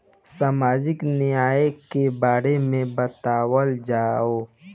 सामाजिक न्याय के बारे में बतावल जाव?